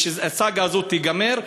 ושהסאגה הזאת תיגמר,